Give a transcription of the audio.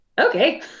okay